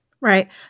Right